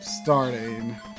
Starting